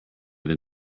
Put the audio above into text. than